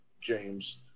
James